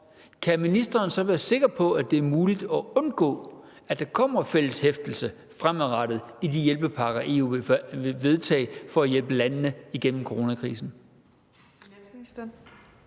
om ministeren så kan være sikker på, at det er muligt at undgå, at der kommer fælles hæftelse fremadrettet i de hjælpepakker, EU vil vedtage for at hjælpe landene igennem coronakrisen.